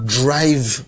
drive